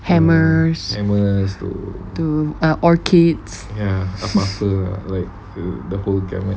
hammers orchid